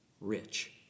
rich